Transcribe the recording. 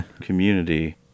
community